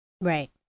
Right